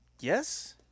Yes